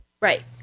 Right